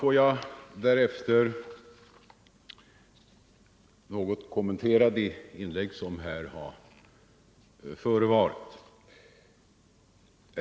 Får jag därefter, herr talman, något kommentera de inlägg som här har förevarit.